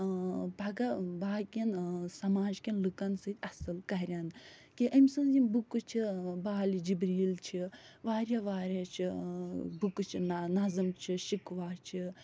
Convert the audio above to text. پگاہ باقِیَن سَماج کٮ۪ن لُکن سۭتۍ اَصٕل کَرن کہِ أمۍ سٕنٛز یِم بُکہٕ چھِ بالہِ جبریٖل چھِ وارِیاہ وارِیاہ چھِ بُکہٕ چھِ نہ نظم چھِ شِکواہ چھِ